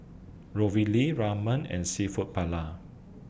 Ravioli Ramen and Seafood Paella